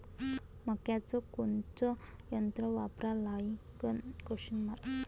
मक्याचं कोनचं यंत्र वापरा लागन?